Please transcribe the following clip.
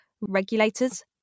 regulators